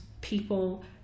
people